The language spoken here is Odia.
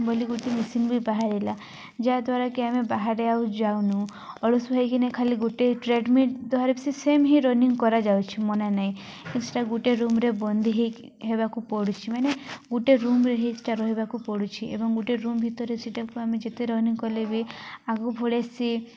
ବୋଲି ଗୋଟେ ମେସିନ୍ ବି ବାହାରିଲା ଯାହାଦ୍ୱାରାକି ଆମେ ବାହାରେ ଆଉ ଯାଉନୁ ଅଳସୁଆ ହେଇକିନା ଖାଲି ଗୋଟେ ଟ୍ରେଡ଼ମିଟ୍ ଦ୍ୱାରା ବି ସେ ସେମ୍ ହିଁ ରନିଙ୍ଗ କରାଯାଉଛି ମନା ନାଇଁ କି ସେଇଟା ଗୋଟେ ରୁମରେ ବନ୍ଦି ହେଇ ହେବାକୁ ପଡ଼ୁଛି ମାନେ ଗୋଟେ ରୁମରେ ହି ସେଇଟା ରହିବାକୁ ପଡ଼ୁଛି ଏବଂ ଗୋଟେ ରୁମ୍ ଭିତରେ ସେଇଟାକୁ ଆମେ ଯେତେ ରନିଙ୍ଗ କଲେ ବି ଆଗ ଭଳି ସି